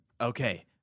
okay